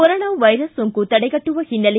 corona virus ಸೋಂಕು ತಡೆಗಟ್ಟುವ ಹಿನ್ನೆಲೆ